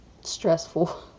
stressful